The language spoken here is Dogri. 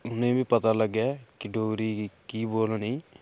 उ'नेंगी बी पता लग्गै कि डोगरी गी की बोलनी